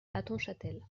hattonchâtel